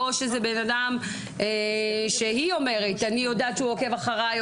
או שזה בן אדם שהיא אומרת שהיא יודעת שהוא עוקב אחריה,